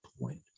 point